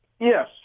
Yes